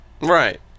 Right